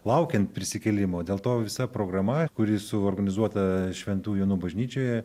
laukiant prisikėlimo dėl to visa programa kuri suorganizuota šventų jonų bažnyčioje